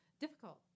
difficult